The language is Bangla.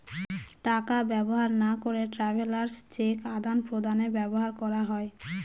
টাকা ব্যবহার না করে ট্রাভেলার্স চেক আদান প্রদানে ব্যবহার করা হয়